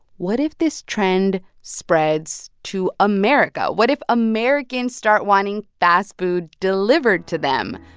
what if this trend spreads to america? what if americans start wanting fast food delivered to them?